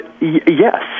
Yes